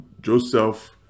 Joseph